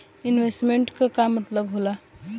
Investment क का मतलब हो ला?